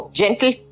gentle